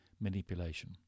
manipulation